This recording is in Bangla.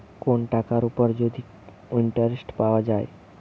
কোন টাকার উপর যদি ইন্টারেস্ট পাওয়া যায়